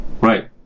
right